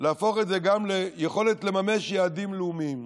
ולהפוך את זה גם ליכולת לממש יעדים לאומיים.